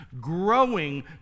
growing